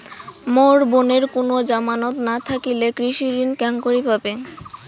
মোর বোনের কুনো জামানত না থাকিলে কৃষি ঋণ কেঙকরি পাবে?